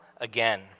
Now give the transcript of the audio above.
again